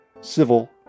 civil